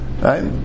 right